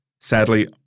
Sadly